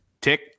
Tick